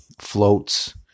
floats